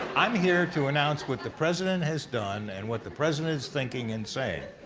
i'm here to announce what the president has done and what the president is thinking and saying.